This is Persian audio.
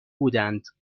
بودند